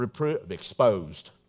exposed